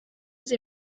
sie